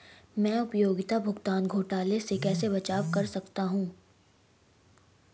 मैं उपयोगिता भुगतान घोटालों से कैसे बचाव कर सकता हूँ?